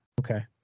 okay